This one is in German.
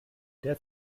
der